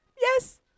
yes